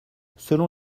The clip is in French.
selon